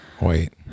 wait